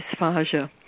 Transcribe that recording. dysphagia